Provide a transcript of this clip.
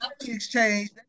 exchange